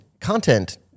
content